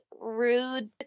rude